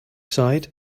side